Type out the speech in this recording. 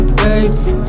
baby